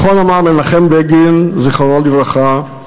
נכון אמר מנחם בגין, זיכרונו לברכה,